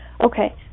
Okay